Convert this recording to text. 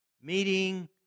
meeting